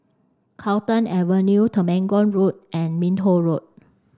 Carlton Avenue Temenggong Road and Minto Road